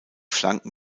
flanken